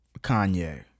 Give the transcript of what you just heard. Kanye